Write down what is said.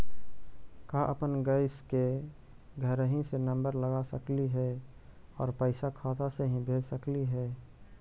का अपन गैस के घरही से नम्बर लगा सकली हे और पैसा खाता से ही भेज सकली हे?